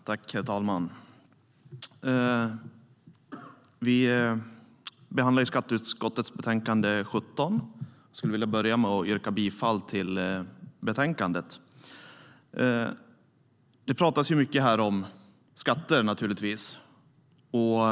Herr talman! Vi behandlar skatteutskottets betänkande 17, och jag vill börja med att yrka bifall till förslaget till beslut i betänkandet. Det talas här naturligtvis mycket om skatter.